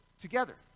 together